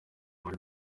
muri